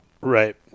Right